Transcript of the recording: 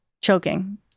choking